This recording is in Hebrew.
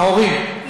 ההורים.